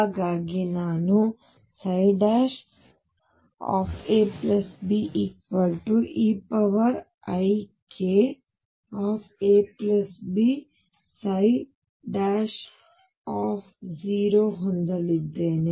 ಹಾಗಾಗಿ ನಾನು abeikabψ ಹೊಂದಲಿದ್ದೇನೆ